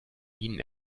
minen